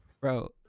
bro